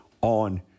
on